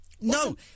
No